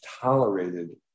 tolerated